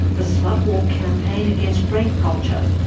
the slut walk campaign against rape culture.